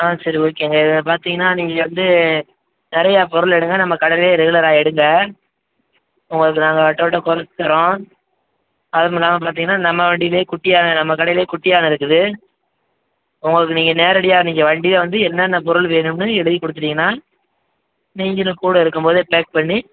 ஆ சரி ஓகேங்க இதிலப் பார்த்திங்கன்னா நீங்கள் வந்து நிறையாப் பொருள் எடுங்க நம்ம கடையிலையே ரெகுலராக எடுங்க உங்களுக்கு நாங்கள் டோட்டல் குறைச்சித் தர்றோம் அதுக்கு முன்னாலேப் பார்த்திங்கன்னா நம்ம வண்டியிலையே குட்டி யானை நம்ம கடையிலையே குட்டி யானை இருக்குது உங்களுக்கு நீங்கள் நேரடியாக நீங்கள் வண்டியில் வந்து என்னென்னப் பொருள் வேணும்னு எழுதிக் கொடுத்துட்டீங்கன்னா நீங்களும் கூட இருக்கும் போது பேக் பண்ணி